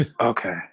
Okay